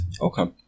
okay